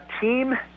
Team